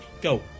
Go